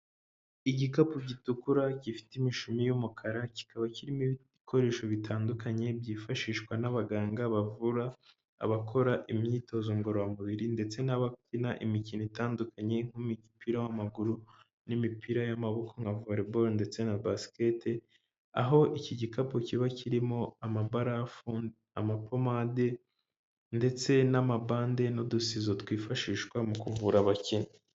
Igikapu gitukura gifite imishumi y'umukara kikaba kirimo ibikoresho bitandukanye byifashishwa n'abaganga bavura abakora imyitozo ngororamubiri, ndetse n'abakina imikino itandukanye nk'umupira w'amaguru, n'imipira y'amaboko nka volley ball ndetse na basketball, aho iki gikapu kiba kirimo amabarafu, amapomade ndetse n'amabande n'udusizo twifashishwa mu kuvura abakinnyi.